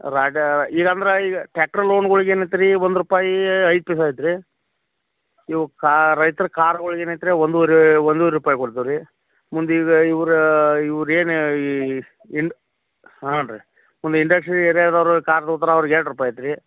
ರಾಟೆಯಾವೆ ಈಗ ಅಂದ್ರೆ ಈಗ ಟ್ರ್ಯಾಕ್ಟ್ರ್ ಲೋನ್ಗಳಿಗೆ ಏನತ್ತರಿ ಒಂದು ರೂಪಾಯಿ ಐದು ಪಿಸ ಐತಿ ರೀ ಇವು ಕಾ ರೈತ್ರ ಕಾರ್ಗಳಿಗೆ ಏನೈತ್ರೆ ಒಂದುವರೆ ಒಂದುವರೆ ರೂಪಾಯಿ ಕೊಡ್ತು ರೀ ಮುಂದೆ ಈಗ ಇವ್ರಾ ಇವ್ರ ಏನು ಈ ಇಂದು ಹಾಂ ರೀ ಒಂದು ಇಂಡಸ್ಟ್ರಿ ಏರ್ಯಾದವ್ರ ಕಾರ್ ತಗೋತಾರ ಅವ್ರ್ಗ ಎರಡು ರೂಪಾಯಿ ಐತ್ರಿ